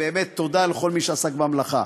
באמת, תודה לכל מי שעסק במלאכה.